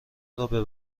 رابه